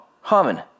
humming